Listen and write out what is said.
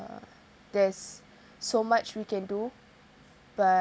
uh there's so much we can do but